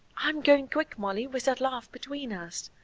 i'm going quick, molly, with that laugh between us,